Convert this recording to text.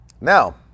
Now